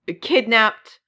kidnapped